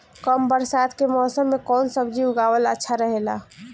कम बरसात के मौसम में कउन सब्जी उगावल अच्छा रहेला?